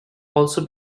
also